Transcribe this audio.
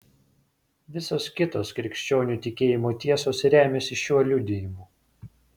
visos kitos krikščionių tikėjimo tiesos remiasi šiuo liudijimu